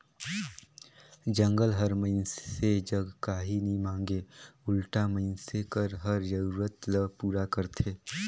जंगल हर मइनसे जग काही नी मांगे उल्टा मइनसे कर हर जरूरत ल पूरा करथे